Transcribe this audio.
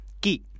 Key